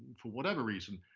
for whatever reason,